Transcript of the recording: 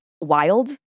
wild